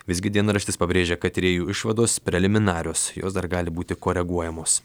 visgi dienraštis pabrėžia kad tyrėjų išvados preliminarios jos dar gali būti koreguojamos